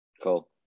Cool